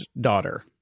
daughter